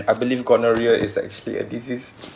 I believe gonorrhea is actually a disease